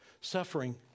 Suffering